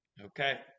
Okay